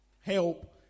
help